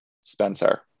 Spencer